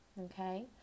okay